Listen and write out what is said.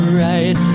right